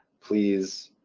please